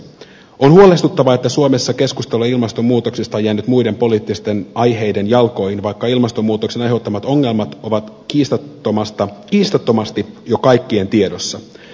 on huolestuttavaa että suomessa keskustelu ilmastonmuutoksesta on jäänyt muiden poliittisten aiheiden jalkoihin vaikka ilmastonmuutoksen aiheuttamat ongelmat ovat kiistattomasti jo kaikkien tiedossa